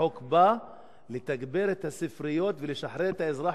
החוק בא לתגבר את הספריות ולשחרר את האזרח